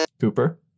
Cooper